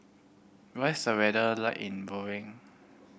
what is the weather like in Bahrain